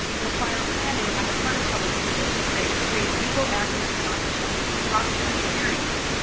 require planning on the part of public schools to create create equal access to opportunities across their experience.